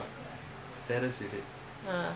ah